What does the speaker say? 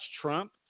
Trump